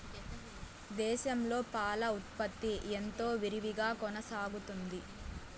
దేశంలో పాల ఉత్పత్తి ఎంతో విరివిగా కొనసాగుతోంది